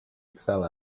excel